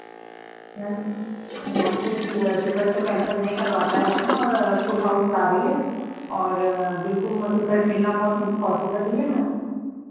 ma'am यहाँ कोई ticket तो कैंसिल नहीं करवाता है मैम और फुल हाउस जा रही है और बिलकुल टिकट मिलना बहुत पॉसिबल नहीं है मैम